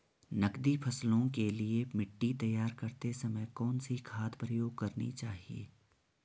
नकदी फसलों के लिए मिट्टी तैयार करते समय कौन सी खाद प्रयोग करनी चाहिए?